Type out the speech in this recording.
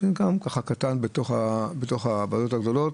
זה גם קטן בתוך הוועדות הגדולות,